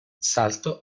salto